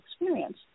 experience